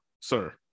sir